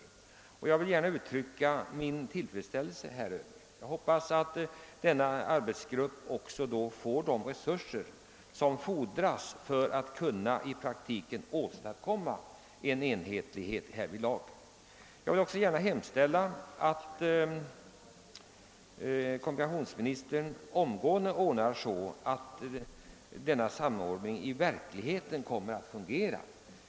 Jag vill gärna uttrycka min tillfredsställelse över beskedet. Jag uttalar också förhoppningen att arbetsgruppen får de resurser som fordras för att den i praktiken skall kunna åstadkomma enhetlighet. Vidare hemställer jag att kommunikationsministern omgående ordnar så, att samordningen i verkligheten fungerar.